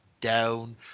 down